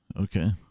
okay